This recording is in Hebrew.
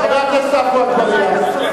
חבר הכנסת עפו אגבאריה.